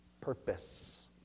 purpose